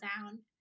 down